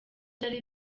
byari